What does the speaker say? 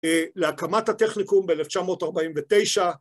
להקמת הטכניקום ב-1949.